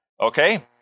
Okay